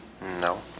No